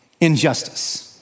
Injustice